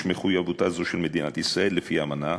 מחויבותה זו של מדינת ישראל לפי האמנה.